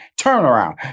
turnaround